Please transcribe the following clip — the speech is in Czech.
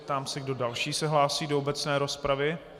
Ptám se, kdo další se hlásí do obecné rozpravy.